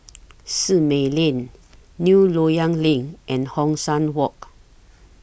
Simei Lane New Loyang LINK and Hong San Walk